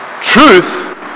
Truth